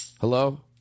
hello